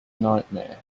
nightmare